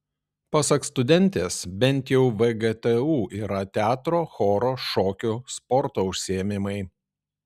pasak studentės bent jau vgtu yra teatro choro šokių sporto užsiėmimai